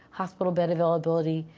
hospital bed availability.